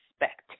respect